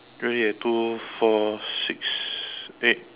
really eh two four six eight